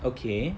okay